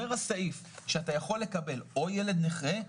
אומר הסעיף שאתה יכול לקבל או ילד נכה,